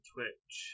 Twitch